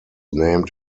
named